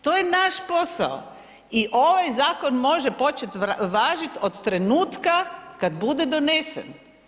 To je naš posao i ovaj zakon može počet važit od trenutka kad bude donesen.